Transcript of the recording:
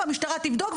והמשטרה תבדוק,